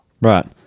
Right